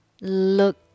look